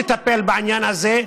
לטפל בעניין הזה: